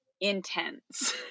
intense